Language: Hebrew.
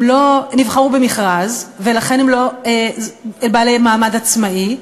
הם לא נבחרו במכרז ולכן הם לא בעלי מעמד עצמאי,